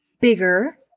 bigger